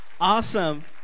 Awesome